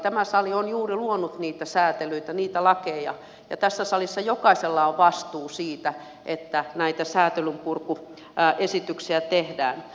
tämä sali on juuri luonut niitä säätelyitä niitä lakeja ja tässä salissa jokaisella on vastuu siitä että näitä säätelynpurkuesityksiä tehdään